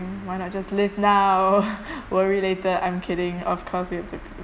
why not just live now worry later I'm kidding of course you have to